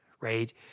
right